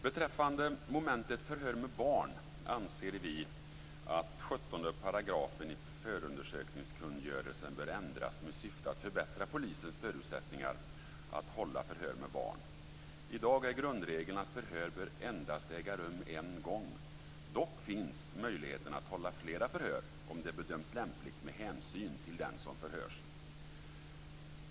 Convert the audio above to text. Beträffande momentet "Förhör med barn" anser vi att 17 § i förundersökningskungörelsen bör ändras med syfte att förbättra polisens förutsättningar att hålla förhör med barn. I dag är grundregeln att förhör bör äga rum endast en gång. Dock finns möjligheten att hålla flera förhör om det bedöms lämpligt med hänsyn till den som förhörs.